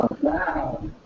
Wow